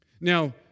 Now